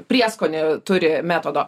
prieskonį turi metodo